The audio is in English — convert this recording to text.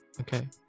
okay